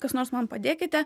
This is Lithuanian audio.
kas nors man padėkite